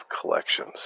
collections